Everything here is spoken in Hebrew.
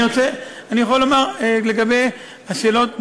אני יכול לומר לגבי השאלות,